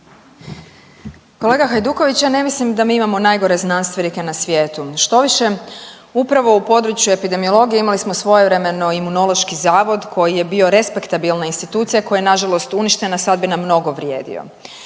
Kolega Hajduković, ja ne mislim da mi imamo najgore znanstvenike na svijetu, štoviše upravo u području epidemiologije imali smo svojevremeno Imunološki zavod koji je bio respektabilna institucija koja je nažalost uništena, sad bi nam mnogo vrijedio.